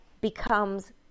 becomes